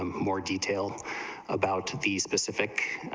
um more detail about the specific